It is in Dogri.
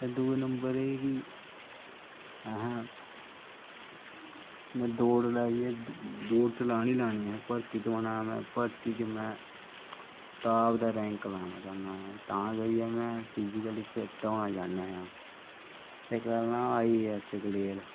दुऐ नंबर असैं दौड़ ते लानी गै लानी ऐ भर्थी ते होना गै ऐ भर्थी च में टॉप दा रैंक लाना चाह्नां आं तां करियै में फिजिकल फिट्ट होनां चाह्नां आं ते करना आई ए ऐस कलेयर